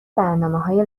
برنامههای